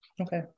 Okay